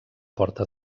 porta